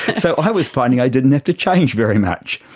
so i was finding i didn't have to change very much.